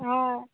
हय